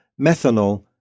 methanol